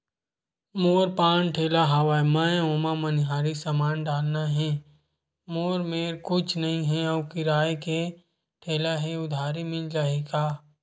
मोर पान ठेला हवय मैं ओमा मनिहारी समान डालना हे मोर मेर कुछ नई हे आऊ किराए के ठेला हे उधारी मिल जहीं का?